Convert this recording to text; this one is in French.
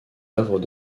œuvres